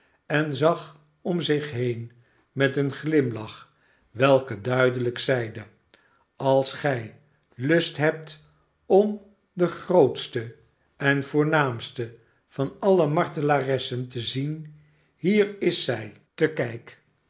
en zag om zich heen met een glimlach welke duidelijk zeide als gij lust hebt om de grootste en voornaamste van alle martelaressen te zien hier is zij te kijk